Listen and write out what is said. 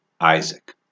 Isaac